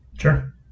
Sure